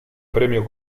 premio